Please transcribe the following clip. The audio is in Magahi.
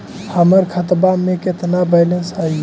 हमर खतबा में केतना बैलेंस हई?